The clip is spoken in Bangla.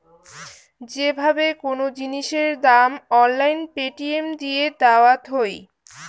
যে ভাবে কোন জিনিসের দাম অনলাইন পেটিএম দিয়ে দায়াত হই